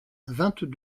vingt